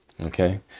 okay